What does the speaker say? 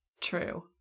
True